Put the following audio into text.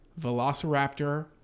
Velociraptor